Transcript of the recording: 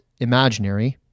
imaginary